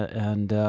and.